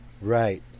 Right